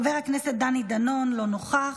חבר הכנסת דני דנון, אינו נוכח,